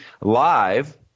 live